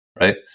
right